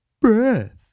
Breath